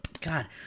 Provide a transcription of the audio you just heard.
God